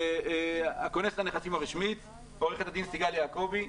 כונסת הנכסים הרשמית, עו"ד סיגל יעקבי,